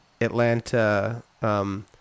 Atlanta –